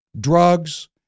drugs